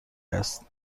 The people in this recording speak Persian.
است